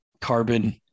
carbon